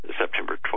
September